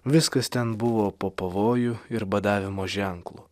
viskas ten buvo po pavojų ir badavimo ženklu